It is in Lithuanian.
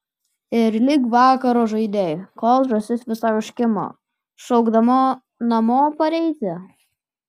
ir lig vakaro žaidei kol žąsis visai užkimo šaukdama namo pareiti